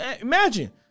Imagine